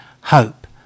hope